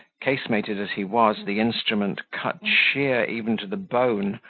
casemated as he was, the instrument cut sheer even to the bone,